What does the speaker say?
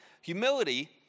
Humility